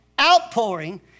outpouring